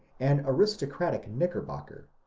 an aristocratic knickerbocker,